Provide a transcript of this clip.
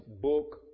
book